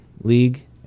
league